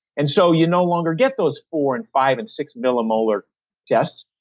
and so you no longer get those four and five and six millimolar tests.